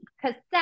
cassette